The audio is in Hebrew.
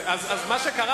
אז מה שקרה,